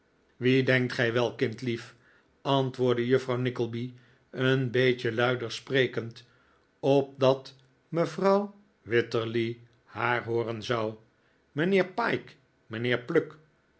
wie denkt gij wel kindlief antwoordde juffrouw nickleby een beetje luider sprekend opdat mevrouw wititterly haar hooren zou mijnheer pyke mijnheer pluck